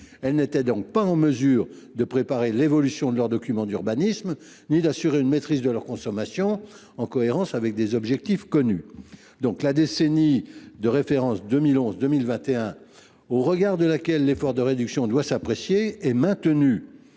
Elles n’étaient donc pas en mesure de préparer l’évolution de leurs documents d’urbanisme ni d’assurer une maîtrise de leur consommation en cohérence avec des objectifs connus. Cela étant, la décennie de référence 2011 2021, au regard de laquelle l’effort de réduction doit s’apprécier, est maintenue,